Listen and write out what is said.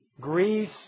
Greece